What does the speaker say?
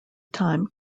time